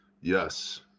Yes